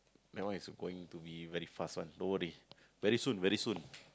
that one is going to be very fast one don't worry very soon very soon